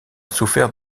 souffert